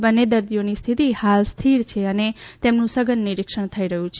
બંને દર્દીઓની સ્થિતિ હાલ સ્થિર છે અને તેમનું સઘન નિરીક્ષણ થઇ રહ્યું છે